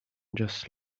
just